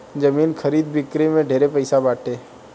जमीन खरीद बिक्री में ढेरे पैसा बाटे